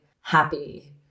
happy